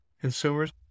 consumers